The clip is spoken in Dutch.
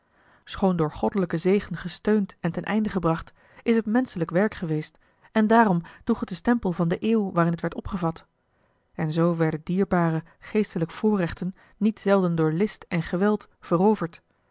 schoon door goddelijken zegen gesteund en ten einde gebracht is het menschelijk werk geweest en daarom droeg liet den stempel van de eeuw waarin het werd opgevat en zoo werden dierbare geestelijke voorrechten niet zelden door list en geweld veroverd